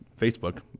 Facebook